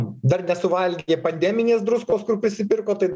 dar nesuvalgė pandeminės druskos kur prisipirko tai